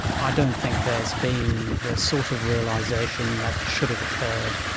i don't think there's been the sort of realisation that should have occurred,